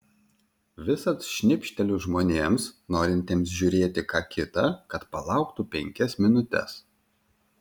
visad šnibžteliu žmonėms norintiems žiūrėti ką kita kad palauktų penkias minutes